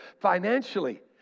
financially